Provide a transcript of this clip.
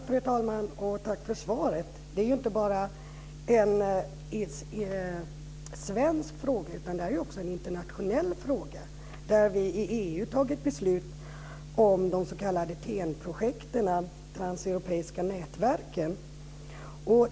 Fru talman! Tack för svaret. Det är inte bara en svensk fråga, utan det är också en internationell fråga. I EU har vi fattat beslut om de s.k. TEN-projekten - de transeuropeiska nätverken.